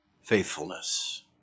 faithfulness